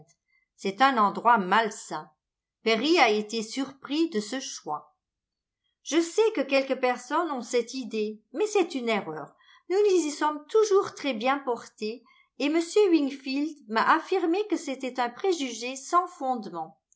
c'est un endroit malsain perry a été surpris de ce choix je sais que quelques personnes ont cette idée mais c'est une erreur nous nous y sommes toujours très bien portés et m wingfield m'a affirmé que c'était un préjugé sans fondement